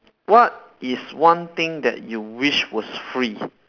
what is one thing that you wish was free